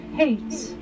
hate